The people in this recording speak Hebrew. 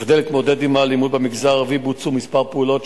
כדי להתמודד עם האלימות במגזר הערבי בוצעו כמה פעולות,